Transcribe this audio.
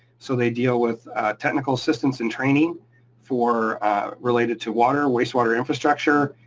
so they deal with technical assistance and training for related to water, wastewater infrastructure,